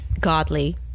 godly